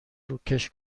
روکش